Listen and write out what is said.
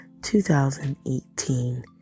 2018